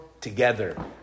together